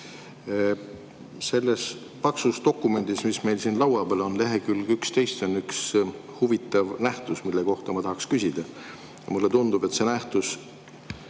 Selles paksus dokumendis, mis meil siin laua peal on, on leheküljel 11 üks huvitav nähtus, mille kohta ma tahan küsida. Mulle tundub, et see nähtus